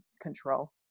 control